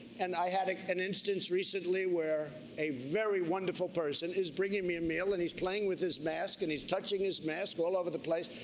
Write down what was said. and i had an instance recently where a very wonderful person is bringing me a meal and he's playing with his mask and he's touching his mask all over the place.